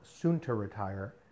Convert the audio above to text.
soon-to-retire